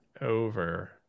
over